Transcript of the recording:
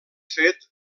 fet